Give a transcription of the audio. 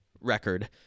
record